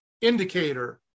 indicator